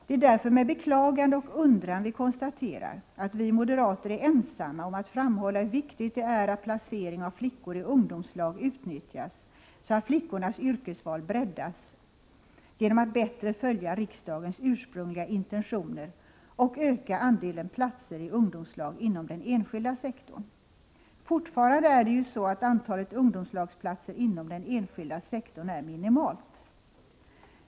Det är därför med beklagande och undran vi konstaterar att vi moderater är ensamma om att framhålla hur viktigt det är att placering av flickor i ungdomslag utnyttjas, så att flickornas yrkesval breddas, genom att bättre följa riksdagens ursprungliga intentioner och öka andelen platser i ungdomslag inom den enskilda sektorn. Fortfarande är det ju så att antalet ungdomslagsplatser inom den — Nr 151 enskilda sektorn är minimalt.